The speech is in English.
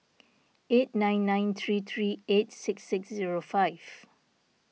eight nine nine three three eight six six zero five